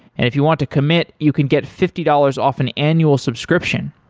if you want to commit, you can get fifty dollars off an annual subscription.